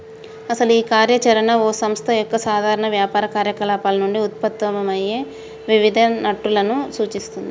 అసలు ఈ కార్య చరణ ఓ సంస్థ యొక్క సాధారణ వ్యాపార కార్యకలాపాలు నుండి ఉత్పన్నమయ్యే వివిధ నట్టులను సూచిస్తుంది